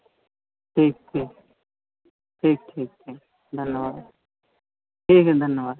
ठीक ठीक ठीक ठीक ठीक धन्यवाद ठीक है धन्यवाद